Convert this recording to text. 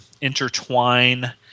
intertwine